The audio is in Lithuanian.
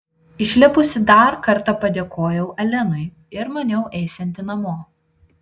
išlipusi dar kartą padėkojau alenui ir maniau eisianti namo